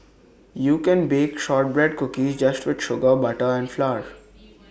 you can bake Shortbread Cookies just with sugar butter and flour